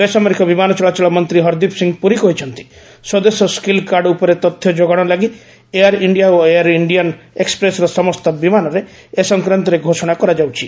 ବେସାମରିକ ବିମାନ ଚଳାଚଳ ମନ୍ତ୍ରୀ ହରଦୀପ ସିଂହ ପୁରୀ କହିଛନ୍ତି ସ୍ୱଦେଶ ସ୍କିଲ୍କାର୍ଡ ଉପରେ ତଥ୍ୟ ଯୋଗାଣ ଲାଗି ଏୟାର୍ ଇଣ୍ଡିଆ ଓ ଏୟାର୍ ଇଣ୍ଡିଆନ୍ ଏକୁପ୍ରେସ୍ର ସମସ୍ତ ବିମାନରେ ଏ ସଂକ୍ରାନ୍ତରେ ଘୋଷଣା କରାଯାଉଛି